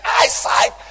eyesight